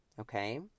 Okay